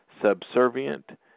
subservient